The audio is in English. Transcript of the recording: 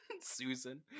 Susan